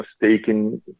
mistaken –